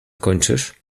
kończysz